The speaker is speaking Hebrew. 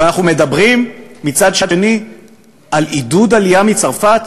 ואנחנו מדברים מצד שני על עידוד עלייה מצרפת